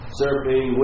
surfing